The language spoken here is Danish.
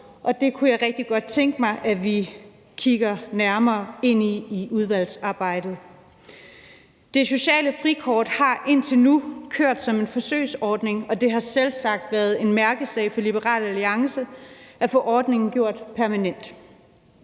og det kunne jeg rigtig godt tænke mig at vi kigger nærmere ind i i udvalgsarbejdet. Det sociale frikort har indtil nu kørt som en forsøgsordning, og det har selvsagt været en mærkesag for Liberal Alliance at få ordningen gjort permanent.